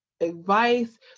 advice